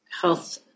health